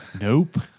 Nope